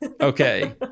Okay